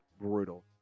brutal